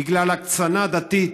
בגלל הקצנה דתית.